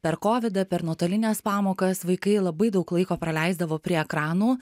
per kovidą per nuotolines pamokas vaikai labai daug laiko praleisdavo prie ekranų